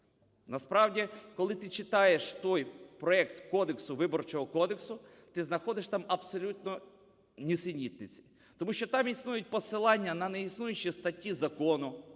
Насправді, коли ти читаєш той проект кодексу, Виборчого кодексу, ти знаходиш там абсолютні нісенітниці. Тому що там існують посилання на неіснуючі статті закону,